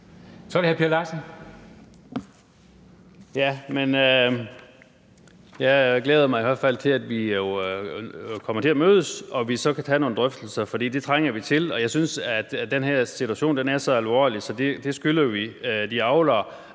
jeg glæder mig i hvert fald til, at vi jo kommer til at mødes og så kan tage nogle drøftelser, for det trænger vi til. Og jeg synes, at den her situation er så alvorlig, at det skylder vi de avlere,